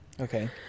Okay